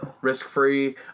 Risk-free